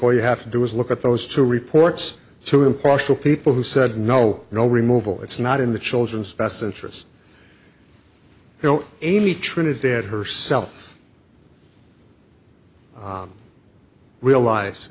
all you have to do is look at those two reports to impartial people who said no no removal it's not in the children's best interest don't amy trinidad herself realize